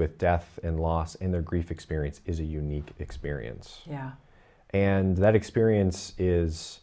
with death and loss and their grief experience is a unique experience yeah and that experience is